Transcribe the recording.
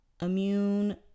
immune